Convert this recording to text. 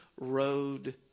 road